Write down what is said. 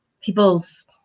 people's